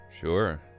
Sure